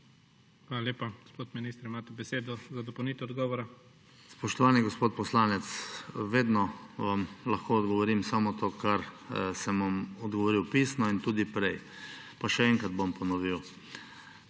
Hvala lepa. Gospod minister, imate besedo za dopolnitev odgovora. ZDRAVKO POČIVALŠEK: Spoštovani gospod poslanec, vedno lahko odgovorim samo to, kar sem vam odgovoril pisno in tudi prej, pa še enkrat bom ponovil.